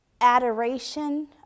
adoration